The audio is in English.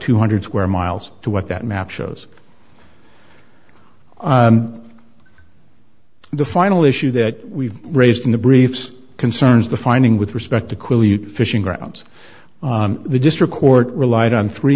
two hundred square miles to what that map shows the final issue that we've raised in the briefs concerns the finding with respect to fishing grounds the district court relied on three